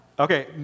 Okay